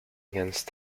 against